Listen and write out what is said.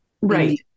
right